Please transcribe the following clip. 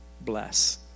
bless